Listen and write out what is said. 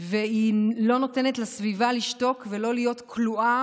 והיא לא נותנת לסביבה לשתוק ולא להיות כלואה